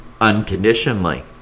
unconditionally